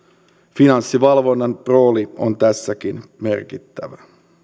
finanssivalvonnan rooli on tässäkin merkittävä